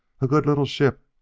a good little ship,